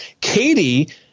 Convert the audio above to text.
Katie